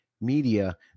Media